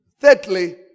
Thirdly